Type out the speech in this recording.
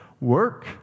Work